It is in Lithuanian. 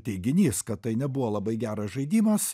teiginys kad tai nebuvo labai geras žaidimas